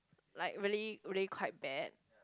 like really really quite bad